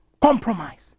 compromise